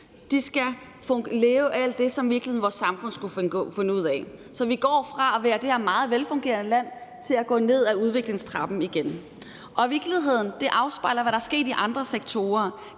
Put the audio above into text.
de skal lave alt det, som vores samfund i virkeligheden skulle finde ud af. Så vi går fra at være det her meget velfungerende land til at gå ned ad udviklingstrappen igen. Og det afspejler i virkeligheden, hvad der er sket i andre sektorer.